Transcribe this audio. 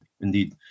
Indeed